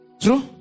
True